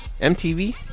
MTV